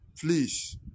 Please